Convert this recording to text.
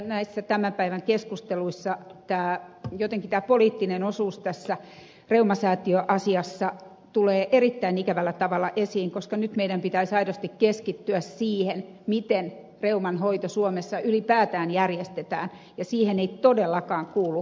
näissä tämän päivän keskusteluissa jotenkin tämä poliittinen osuus tässä reumasäätiö asiassa tulee erittäin ikävällä tavalla esiin koska nyt meidän pitäisi aidosti keskittyä siihen miten reuman hoito suomessa ylipäätään järjestetään ja siihen ei todellakaan kuulu puoluepolitiikka